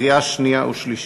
קריאה שנייה ושלישית.